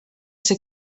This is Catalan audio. ser